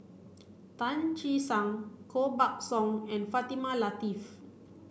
Tan Che Sang Koh Buck Song and Fatimah Lateef